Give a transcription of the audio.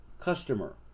customer